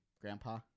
grandpa